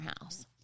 house